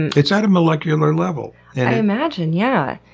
and it's at a molecular level! and i imagine, yeah.